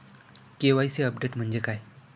KYC update म्हणजे काय?